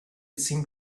seemed